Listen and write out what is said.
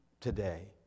today